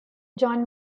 john